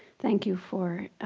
thank you for